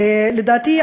לדעתי,